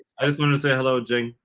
i just wanted to say hello, jing,